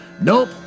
nope